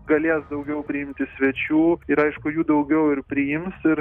galės daugiau priimti svečių ir aišku jų daugiau ir priims ir